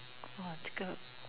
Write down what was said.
!wah! 这个